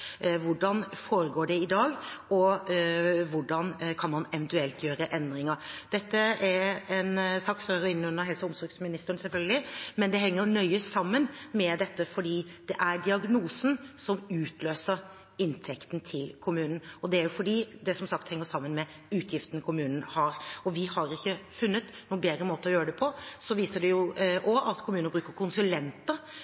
Hvordan foregår det i dag, og hvordan kan man eventuelt gjøre endringer? Dette er en sak som selvfølgelig hører inn under helse- og omsorgsministeren, men det henger nøye sammen, fordi det er diagnosen som utløser inntekten til kommunen. Som sagt henger det sammen med utgiften kommunen har, og vi har ikke funnet noen bedre måte å gjøre det på. Det viser